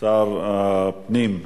שר הפנים.